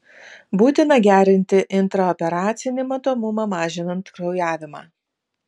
būtina gerinti intraoperacinį matomumą mažinant kraujavimą